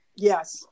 Yes